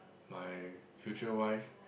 my future wife